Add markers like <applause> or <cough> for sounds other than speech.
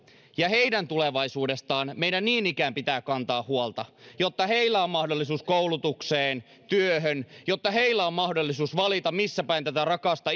ja heidän tulevaisuudestaan meidän niin ikään pitää kantaa huolta jotta heillä on mahdollisuus koulutukseen työhön jotta heillä on mahdollisuus valita missä päin tätä rakasta <unintelligible>